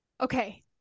Okay